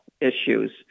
issues